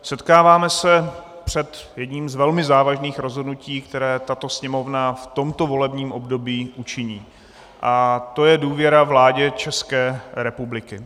Setkáváme se před jedním z velmi závažných rozhodnutí, které tato Sněmovna v tomto volebním období učiní, a to je důvěra vládě České republiky.